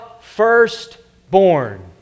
firstborn